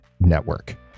network